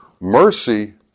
Mercy